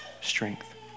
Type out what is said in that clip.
strength